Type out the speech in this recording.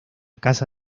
casa